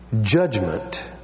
judgment